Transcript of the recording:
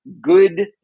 good